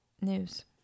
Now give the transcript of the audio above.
news